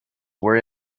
were